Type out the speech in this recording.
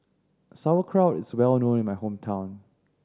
Sauerkraut is well known in my hometown